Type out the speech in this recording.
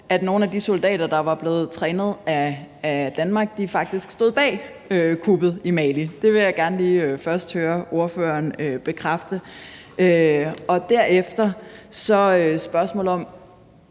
at nogle af de soldater, der var blevet trænet af Danmark, faktisk stod bag kuppet i Mali. Det vil jeg gerne lige først høre ordføreren bekræfte. Derefter er der spørgsmålet,